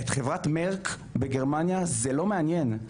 את חברת מרק בגרמניה זה לא מעניין,